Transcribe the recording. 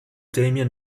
damien